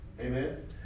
amen